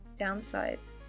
downsize